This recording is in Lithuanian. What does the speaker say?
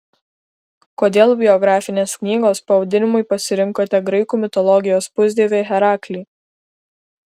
kodėl biografinės knygos pavadinimui pasirinkote graikų mitologijos pusdievį heraklį